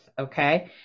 okay